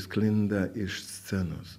sklinda iš scenos